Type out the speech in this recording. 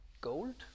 gold